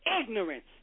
ignorance